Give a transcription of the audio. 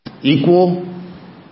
Equal